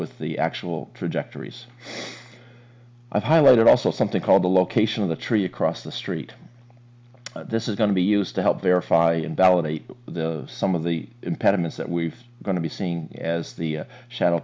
with the actual trajectories i've highlighted also something called the location of the tree across the street this is going to be used to help verify and validate the some of the impediments that we are going to be seeing as the shadow